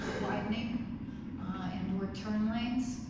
widening and or turn lanes.